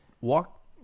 Walk